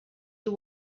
you